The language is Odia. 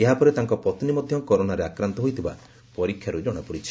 ଏହା ପରେ ତାଙ୍କ ପତ୍ନୀ ମଧ୍ୟ କରୋନାରେ ଆକ୍ରାନ୍ତ ହୋଇଥିବା ପରୀକ୍ଷାରୁ ଜଣାପଡ଼ି ଛି